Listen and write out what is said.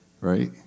Right